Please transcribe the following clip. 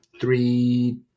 three